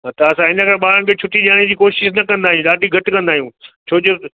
त असां इन करे ॿारनि खे छुटी ॾियण जी कोशिशि न कंदा आहियूं ॾाढी घटि कंदा आहियूं छो जो